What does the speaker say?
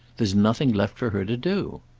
there's nothing left for her to do.